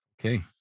Okay